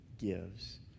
gives